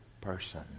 person